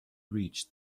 reached